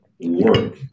work